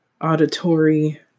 auditory